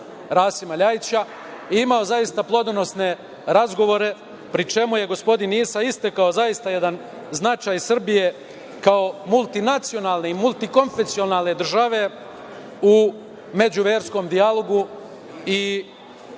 i imao je zaista plodonosne razgovore, pri čemu je gospodin Isa istakao jedan značaj Srbije kao multinacionalne i multikonfesionalne države u međuverskom dijalogu, ne